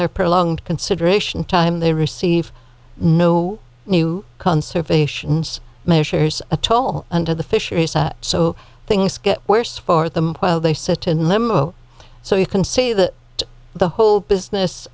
their prolonged consideration time they receive no new conservations measures atoll under the fishery so things get worse for them while they sit in limbo so you can see that the whole business